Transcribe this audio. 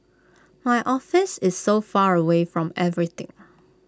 my office is so far away from everything